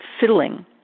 fiddling